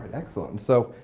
excellent. and so,